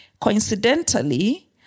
Coincidentally